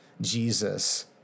Jesus